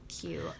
cute